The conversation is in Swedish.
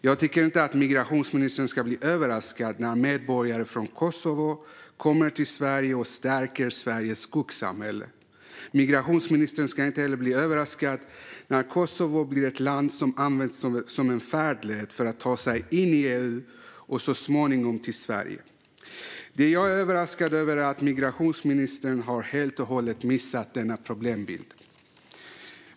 Jag tycker inte att migrationsministern ska bli överraskad när medborgare från Kosovo kommer till Sverige och stärker Sveriges skuggsamhälle. Migrationsministern ska inte heller bli överraskad när Kosovo blir ett land som används som en färdled för att ta sig in i EU och så småningom till Sverige. Det jag är överraskad över är att migrationsministern helt och hållet har missat denna problembild.